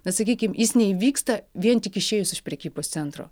na sakykim jis neįvyksta vien tik išėjus iš prekybos centro